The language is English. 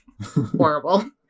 Horrible